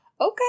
Okay